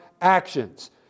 actions